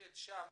נתקוטט שם,